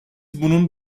bunun